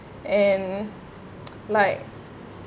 and like